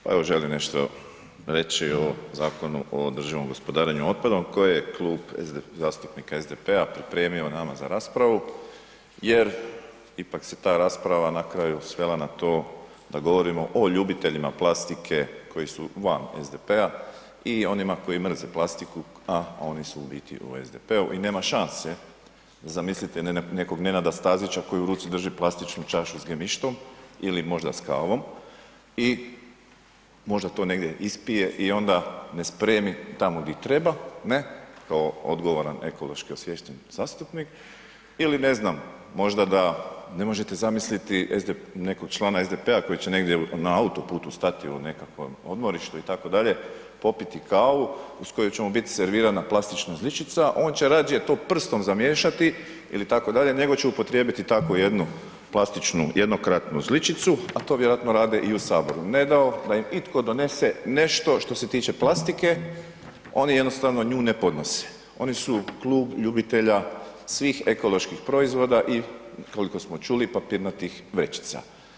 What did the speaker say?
Pa evo želim nešto reći o Zakonu o održivom gospodarenju otpadom koji je Klub zastupnika SDP-a pripremio nama za raspravu jer ipak se ta rasprava na kraju svela na to da govorimo o ljubiteljima plastike koji su van SDP-a i onima koji mrze plastiku, a oni su u biti u SDP-u i nema šanse zamisliti nekog Nenada Stazića koji u ruci drži plastičnu čašu s gemištom ili možda s kavom i možda to negdje ispije i onda ne spremi tamo di treba ne kao odgovoran ekološki osviješten zastupnik ili, ne znam, možda da ne možete zamisliti nekog člana SDP-a koji će negdje na autoputu stati u nekakvom odmorištu itd. popiti kavu uz koju će mu bit servirana plastična žličica on će rađe to prstom zamiješati ili tako dalje, nego će upotrijebiti tako jednu plastičnu jednokratnu žličicu, a to vjerojatno rade i u saboru, ne dao da im itko donese nešto što se tiče plastike, oni jednostavno nju ne podnose, oni su klub ljubitelja svih ekoloških proizvoda i koliko smo čuli, papirnatih vrećica.